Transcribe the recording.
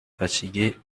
fatigués